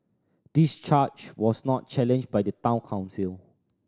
this charge was not challenged by the Town Council